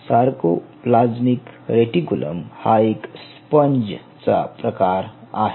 sarcoplasmic reticulum हा एक sponge चा प्रकार आहे